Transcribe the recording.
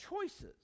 choices